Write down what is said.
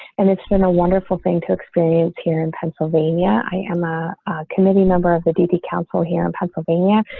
and it's been a wonderful thing to experience here in pennsylvania. i am a committee member of the dp council here in pennsylvania.